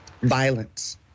violence